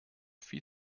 viel